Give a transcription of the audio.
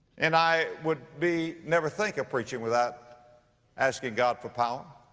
and i would be, never think of preaching without asking god for power.